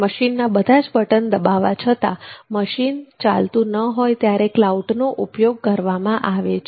મશીનના બધા જ બટન દબાવવા છતાં મશીન ચાલતું ન હોય ત્યારે કલાઉટનો ઉપયોગ કરવામાં આવે છે